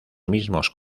mismos